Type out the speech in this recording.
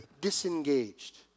disengaged